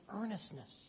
earnestness